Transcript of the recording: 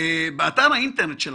באתר האינטרנט שלכם,